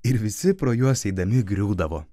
ir visi pro juos eidami griūdavo